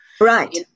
Right